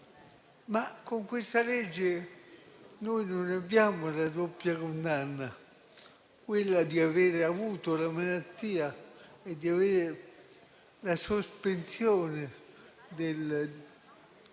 Con questa legge, non abbiamo la doppia condanna, quella di avere avuto la malattia e di avere la sospensione della